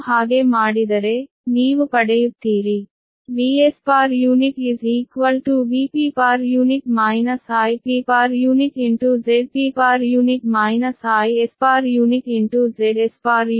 ನೀವು ಹಾಗೆ ಮಾಡಿದರೆ ನೀವು ಪಡೆಯುತ್ತೀರಿ Vs Vp Ip Zp - Is Zs